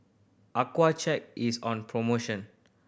Accucheck is on promotion